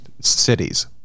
cities